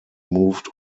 moved